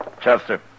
Chester